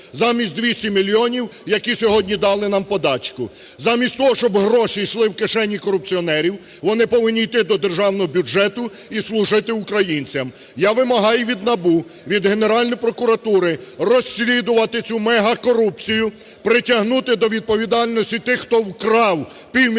замість 200 мільйонів, які сьогодні дали нам подачку. Замість того, щоб гроші йшли в кишені корупціонерів, вони повинні йти до державного бюджету і служити українцям. Я вимагаю від НАБУ, від Генеральної прокуратури розслідувати цю мегакорупцію, притягнути до відповідальності тих, хто вкрав півмільярда